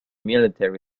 military